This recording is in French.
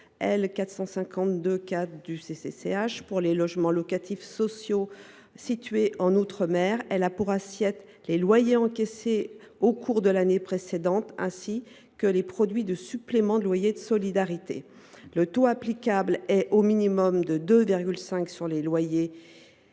l’habitation pour les logements locatifs sociaux situés outre mer a pour assiette les loyers encaissés au cours de l’année précédente, ainsi que le produit du supplément de loyer de solidarité (SLS). Le taux applicable est au maximum de 2,5 % sur les loyers